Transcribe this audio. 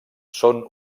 són